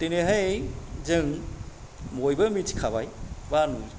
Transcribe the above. दिनैहाय जों बयबो मोनथिखाबाय बा नु